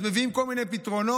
אז מביאים כל מיני פתרונות,